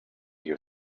your